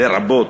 לרבות,